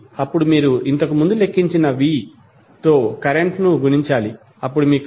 అప్పుడు మీరు ఇంతకుముందు లెక్కించిన vతో కరెంట్ ను గుణించాలి అప్పుడు మీకు ఇలా లభిస్తుంది